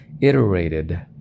iterated